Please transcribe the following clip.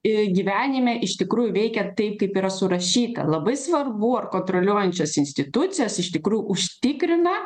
i gyvenime iš tikrųjų veikia taip kaip yra surašyta labai svarbu ar kontroliuojančios institucijos iš tikrų užtikrina